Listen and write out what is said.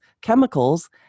chemicals